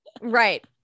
Right